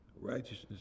Righteousness